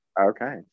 okay